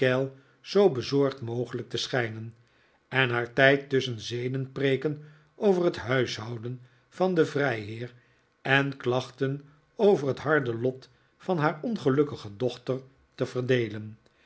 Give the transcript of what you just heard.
zoo bezorgd mogelijk te schijnen en haar tijd tusschen zedenpreeken over het huishouden van den vrijheer en klachten over het harde lot van haar ongelukkige dochter te verdeelen